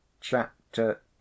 chapter